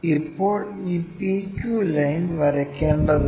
ഇപ്പോൾ ഈ p q line വരയ്ക്കേണ്ടതുണ്ട്